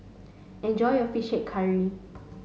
enjoy your fish head curry